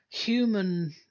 human